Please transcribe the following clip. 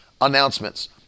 announcements